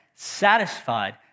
satisfied